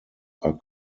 are